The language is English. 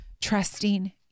trusting